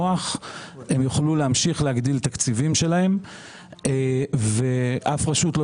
הן יוכלו להמשיך להגדיל תקציבים שלהן ואף רשות לא